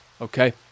okay